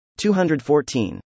214